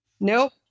nope